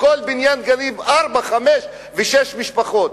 בכל בניין גרות ארבע, חמש ושש משפחות.